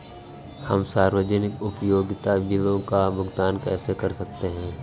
हम सार्वजनिक उपयोगिता बिलों का भुगतान कैसे कर सकते हैं?